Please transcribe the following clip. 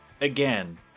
again